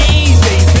easy